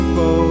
go